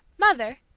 mother!